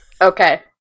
okay